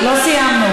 סיימנו.